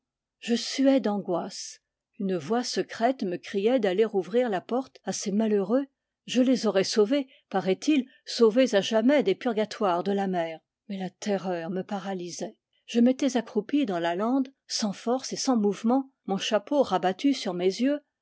je suais d'angoisse une voix secrète me criait d'aller ouvrir la porte à ces malheureux je les aurais sauvés paraît-il sauvés à jamais des purga toires de la mer mais la terreur me paralysait je m'étais accroupi dans la lande sans force et sans mouvement mon chapeau rabattu sur mes yeux